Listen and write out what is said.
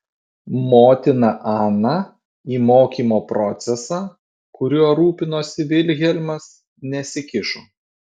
motina ana į mokymo procesą kuriuo rūpinosi vilhelmas nesikišo